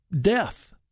death